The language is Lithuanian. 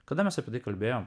kada mes apie tai kalbėjome